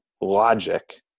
logic